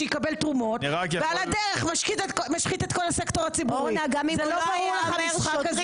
במליאת הכנסת היא אמרה את